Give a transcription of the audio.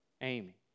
Amy